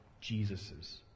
Jesus's